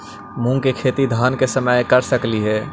मुंग के खेती धान के समय कर सकती हे?